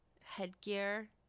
headgear